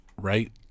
right